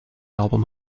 album